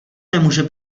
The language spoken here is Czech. nemůže